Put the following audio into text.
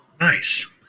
Nice